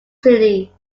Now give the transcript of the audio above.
city